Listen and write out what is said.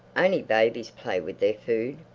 only babies play with their food.